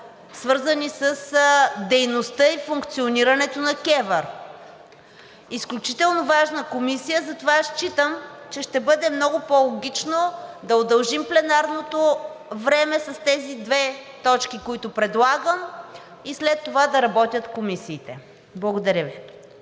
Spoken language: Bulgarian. свързани с дейността и функционирането на КЕВР – изключително важна комисия. Затова считам, че ще бъде много по-логично да удължим пленарното време с тези две точки, които предлагам, и след това да работят комисиите. Благодаря Ви.